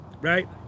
right